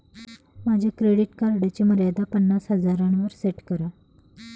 माझ्या क्रेडिट कार्डची मर्यादा पन्नास हजारांवर सेट करा